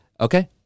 okay